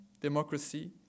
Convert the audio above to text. democracy